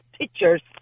pictures